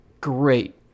great